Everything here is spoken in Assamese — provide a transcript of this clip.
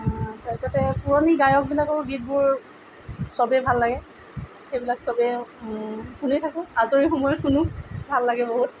তাৰ পাছতে পুৰণি গায়কবিলাকৰো গীতবোৰ চবেই ভাল লাগে সেইবিলাক চবেই শুনি থাকোঁ আজৰি সময়ত শুনো ভাল লাগে বহুত